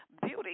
Beauty